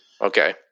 Okay